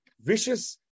Vicious